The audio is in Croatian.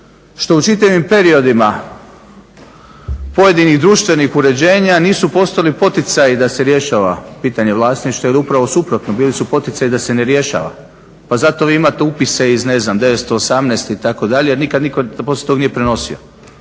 što u čitavim periodima pojedinih društvenih uređenja nisu postojali poticaji da se rješava pitanje vlasništva ili upravo suprotno, bili su poticaji da se ne rješava. Pa zato vi imate upise iz ne znam 1918. itd. jer nikad nitko poslije toga nije prenosio.